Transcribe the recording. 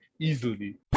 easily